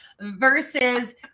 versus